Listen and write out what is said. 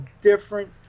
different